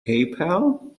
paypal